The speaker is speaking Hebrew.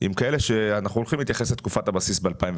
עם כאלה שאנחנו הולכים להתייחס לתקופת הבסיס ב-2019.